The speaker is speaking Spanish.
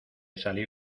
salir